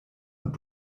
und